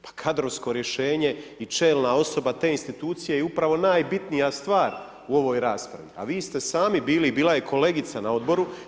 Pa kadrovsko rješenje i čelna osoba te institucije je upravo najbitnija stvar u ovoj raspravi, a vi ste sami bili, bila je kolegica na Odboru.